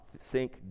sink